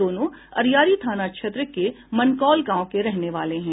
दोनों अरियरी थाना क्षेत्र के मनकौल गाव के रहने वाले हैं